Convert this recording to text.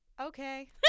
Okay